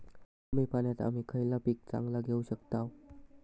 कमी पाण्यात आम्ही खयला पीक चांगला घेव शकताव?